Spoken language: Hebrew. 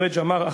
פריג' אמר,